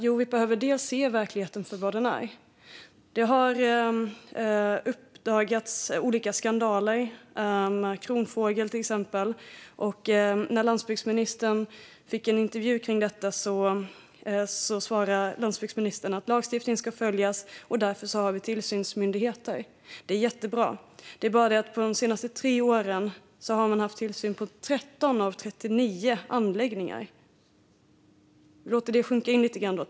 Jo, se verkligheten för vad den är. Det har uppdagats olika skandaler, till exempel med Kronfågel, och när landsbygdsministern i en intervju fick en fråga om detta svarade han att lagstiftningen ska följas och att vi därför har tillsynsmyndigheter. Det är jättebra. Det är bara det att på de senaste tre åren har man gjort tillsyn på 13 av 39 anläggningar. Låt det sjunka in.